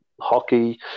hockey